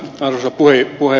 arvoisa puhemies